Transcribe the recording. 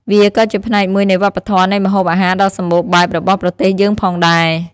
វាក៏ជាផ្នែកមួយនៃវប្បធម៌នៃម្ហូបអាហារដ៏សម្បូរបែបរបស់ប្រទេសយើងផងដែរ ។